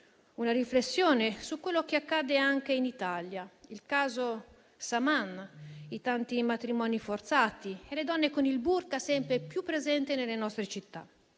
una riflessione su quello che accade anche in Italia: penso al caso Saman, ai tanti matrimoni forzati e alle donne con il *burqa* sempre più presenti nelle nostre città.